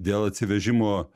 dėl atsivežimo